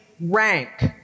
rank